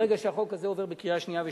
ברגע שהחוק הזה עובר בקריאה שנייה ושלישית,